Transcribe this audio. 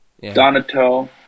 Donato